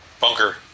Bunker